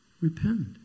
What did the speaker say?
Repent